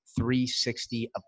360